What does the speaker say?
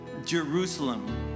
jerusalem